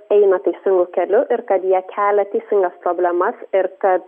eina teisingu keliu ir kad jie kelia teisingas problemas ir kad